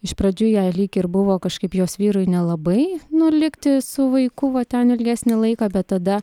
iš pradžių jai lyg ir buvo kažkaip jos vyrui nelabai nu likti su vaiku va ten ilgesnį laiką bet tada